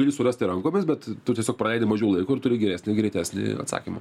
gali surasti rankomis bet tu tiesiog praleidi mažiau laiko ir turi geresnį greitesnį atsakymą